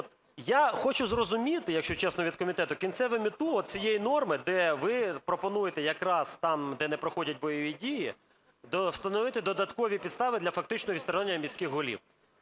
я хочу зрозуміти, якщо чесно, від комітету кінцеву мету цієї норми, де ви пропонуєте якраз там, де не проходять бойові дії, встановити додаткові підстави для фактичного відсторонення міських голів.